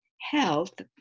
health